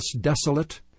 desolate